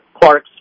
Clark's